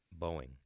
Boeing